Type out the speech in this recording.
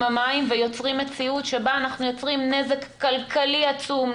המים ויוצרים מציאות שבה אנחנו יוצרים נזק כלכלי עצום,